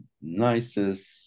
nicest